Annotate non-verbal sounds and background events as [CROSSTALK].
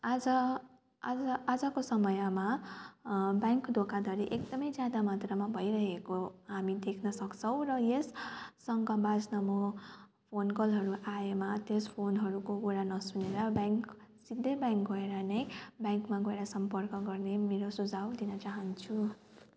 आज आज आजको समयमा ब्याङ्क धोखाधडी एकदमै ज्यादा मात्रामा भइरहेको हामी देख्न सक्छौँ र यस [UNINTELLIGIBLE] फोन कलहरू आएमा त्यस फोनहरूको कुरा नसुनेर ब्याङ्क सिधै ब्याङ्क गएर नै ब्याङ्कमा गएर सम्पर्क गर्ने मेरो सुझाउ दिन चाहन्छु